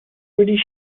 really